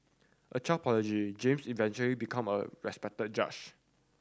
a child James eventually become a respected judge